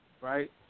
right